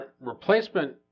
replacement